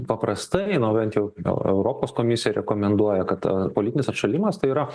paprastai na bent jau eu europos komisija rekomenduoja kad politinis atšalimas tai yra